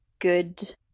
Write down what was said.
good